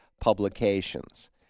Publications